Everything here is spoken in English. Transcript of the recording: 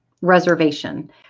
reservation